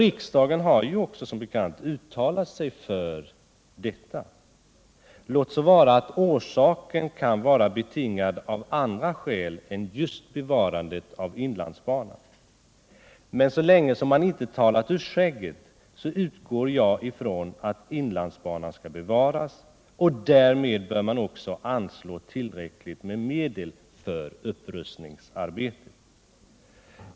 Riksdagen har som bekant också uttalat sig för allt detta, låt vara att det varit betingat av andra skäl än just bevarandet av inlandsbanan. Men så länge man inte talat ur skägget utgår jag ifrån att inlandsbanan skall bevaras, och då bör man också anslå tillräckligt med medel för upprustningsarbetet.